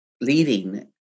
leading